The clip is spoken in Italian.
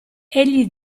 egli